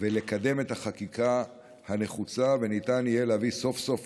ולקדם את החקיקה הנחוצה, וניתן יהיה להביא סוף-סוף